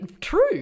true